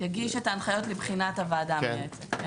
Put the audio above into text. יגיש את ההנחיות לבחינת הוועדה המייעצת.